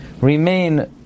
remain